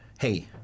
hey